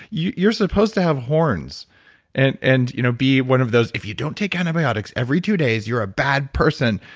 you're supposed to have horns and and you know be one of those, if you don't take antibiotics every two days you're a bad person.